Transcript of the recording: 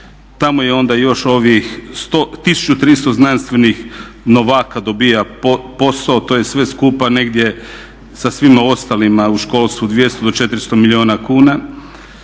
Tamo je onda još ovih 1300 znanstvenih novaka dobiva posao, to je sve skupa negdje sa svima ostalima u školstvu 200 do 400 milijuna kuna.